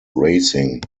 racing